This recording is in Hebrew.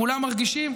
כולם מרגישים,